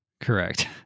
Correct